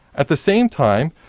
at the same time,